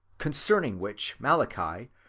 concerning which malachi,